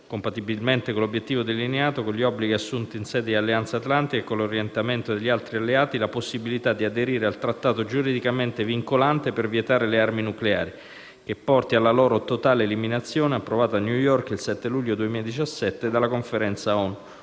compatibilmente con l'obiettivo delineato, con gli obblighi assunti in sede di Alleanza atlantica e con l'orientamento degli altri alleati, la possibilità di aderire al trattato giuridicamente vincolante per vietare le armi nucleari, che porti alla loro totale eliminazione, approvato a New York il 7 luglio 2017 dalla conferenza ONU